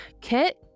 Kit